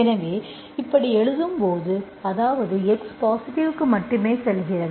எனவே இப்படி எழுதும்போது அதாவது x பாசிட்டிவ்க்கு மட்டுமே செல்கிறது